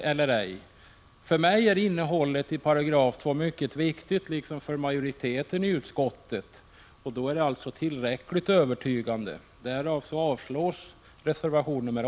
För mig, liksom för majoriteten i utskottet, är innehållet i 2 § mycket viktigt. Vi anser alltså att rekvisitet är tillräckligt övertygande, varför jag yrkar avslag på reservation 8.